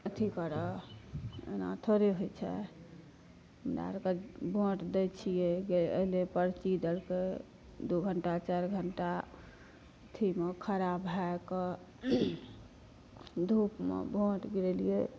कथी करऽ एना थोड़े होइ छै हमरा आरके भोट दै छियै जे एलय पर्ची देलकै दू घंटा चारि घंटा अथीमे खड़ा भऽके धूपमे भोट गिरैलिए